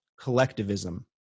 collectivism